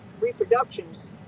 reproductions